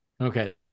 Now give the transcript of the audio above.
okay